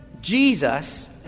Jesus